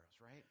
right